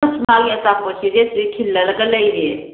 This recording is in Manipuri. ꯑꯁ ꯃꯥꯒꯤ ꯑꯆꯥꯄꯣꯠꯁꯤꯗꯤ ꯑꯁꯤꯗ ꯈꯤꯜꯂꯒꯒ ꯂꯩꯔꯦ